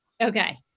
Okay